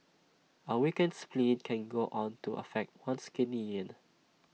A weakened spleen can go on to affect one's Kidney Yin